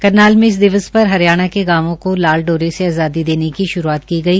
करनाल में इस दिवस पर हरियाणा के गांवो को लाल डोरे से आज़ादी देने की श्रूआत की गई